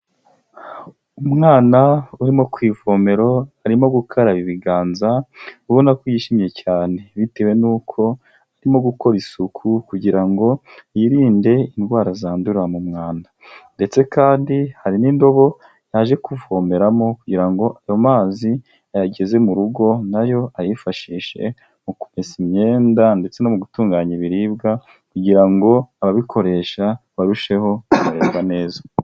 Umwana urimo ku ivomero arimo gukaraba ibiganza ubona ko yishimye cyane, bitewe n'uko arimo gukora isuku kugira ngo yirinde indwara zandurira mu mwanda ndetse kandi hari n'indobo yaje kuvomeramo kugira ngo ayo mazi ayageze mu rugo na yo ayifashishe mu kumesa imyenda ndetse no mu gutunganya ibiribwa kugira ngo ababikoresha barusheho kumererwa neza.